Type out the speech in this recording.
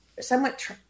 somewhat